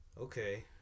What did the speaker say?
okay